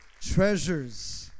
treasures